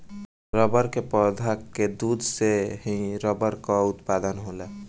रबड़ के पौधा के दूध से ही रबड़ कअ उत्पादन होला